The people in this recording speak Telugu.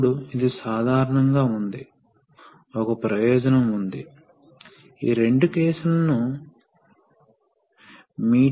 ఇప్పుడు ఇతర మోడ్లలో ఏమి జరిగింది కాబట్టి మనం ఇతర మోడ్లకు వెళ్దాం